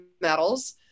metals